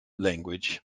language